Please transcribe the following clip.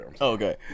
Okay